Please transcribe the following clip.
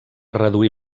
reduir